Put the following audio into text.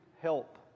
help